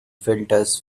filters